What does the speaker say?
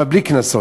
אבל בלי קנסות.